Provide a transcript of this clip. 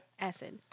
Acid